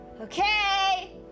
Okay